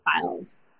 files